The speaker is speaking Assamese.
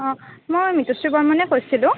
অঁ মই মিতুশ্ৰী বৰ্মণে কৈছিলোঁ